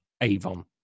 Avon